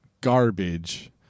garbage